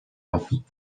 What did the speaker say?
osób